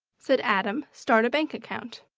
said adam start a bank account!